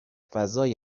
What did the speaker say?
فضای